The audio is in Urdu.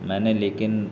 میں نے لیکن